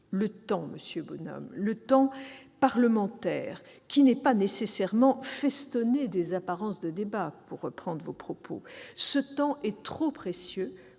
le sénateur Bonhomme- le temps parlementaire, qui n'est pas nécessairement festonné des apparences du débat, pour reprendre vos propos -, est trop précieux